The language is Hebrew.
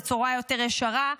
בצורה יותר ישרה,